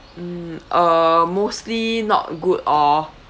mm uh mostly not good or